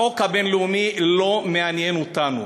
החוק הבין-לאומי לא מעניין אותנו.